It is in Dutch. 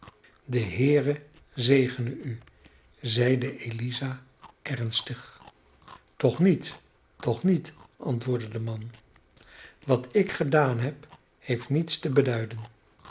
de heere zegene u zeide eliza ernstig toch niet toch niet antwoordde de man wat ik gedaan heb heeft niets te beduiden